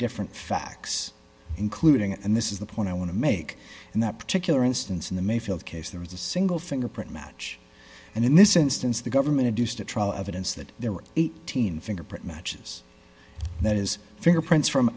different facts including and this is the point i want to make in that particular instance in the mayfield case there is a single fingerprint match and in this instance the government a deuce the trial evidence that there were eighteen fingerprint matches that is fingerprints from